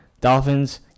Dolphins